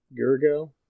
Gergo